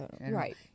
Right